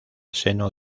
seno